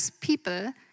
people